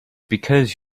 because